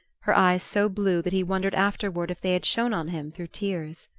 her eyes so blue that he wondered afterward if they had shone on him through tears.